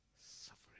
suffering